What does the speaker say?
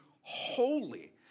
holy